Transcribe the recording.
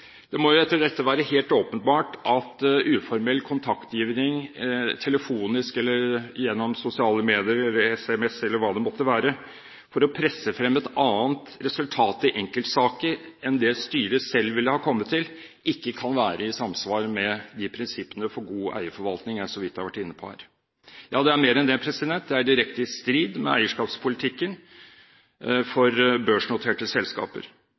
Det må etter dette være helt åpenbart at uformell kontaktgivning – telefonisk eller gjennom sosiale medier, SMS eller hva det måtte være – for å presse frem et annet resultat i enkeltsaker enn det styret selv ville ha kommet til, ikke kan være i samsvar med de prinsippene for god eierforvaltning jeg så vidt har vært inne på her. Ja, det er mer enn det, det er direkte i strid med eierskapspolitikken for børsnoterte selskaper.